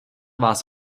vás